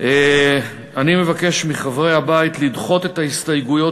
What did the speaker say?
אני מבקש מחברי הבית לדחות את ההסתייגויות